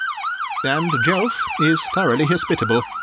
and jelf is thoroughly hospitable.